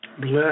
Bless